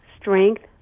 strength